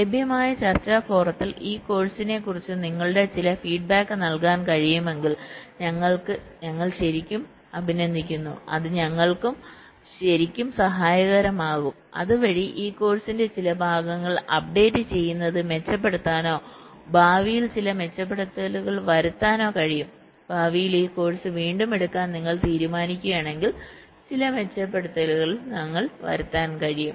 ലഭ്യമായ ചർച്ചാ ഫോറത്തിൽ ഈ കോഴ്സിനെക്കുറിച്ച് നിങ്ങളുടെ ചില ഫീഡ്ബാക്ക് നൽകാൻ കഴിയുമെങ്കിൽ ഞങ്ങൾ ശരിക്കും അഭിനന്ദിക്കുന്നു അത് ഞങ്ങൾക്ക് ശരിക്കും സഹായകരമാകും അതുവഴി ഈ കോഴ്സിന്റെ ചില ഭാഗങ്ങൾ അപ്ഡേറ്റ് ചെയ്യുന്നത് മെച്ചപ്പെടുത്താനോ ഭാവിയിൽ ചില മെച്ചപ്പെടുത്തലുകൾ വരുത്താനോ കഴിയും ഭാവിയിൽ ഈ കോഴ്സ് വീണ്ടും എടുക്കാൻ നിങ്ങൾ തീരുമാനിക്കുകയാണെങ്കിൽ ചില മെച്ചപ്പെടുത്തലുകൾ വരുത്താൻ കഴിയും